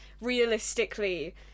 Realistically